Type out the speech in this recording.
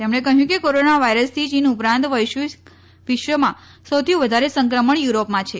તેમણે કહ્યું કે કોરોના વાયરસથી ચીન ઉપરાંત વિશ્વમાં સૌથી વધારે સંક્રમણ યુરોપમાં છે